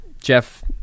Jeff